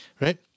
right